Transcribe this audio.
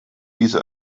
diese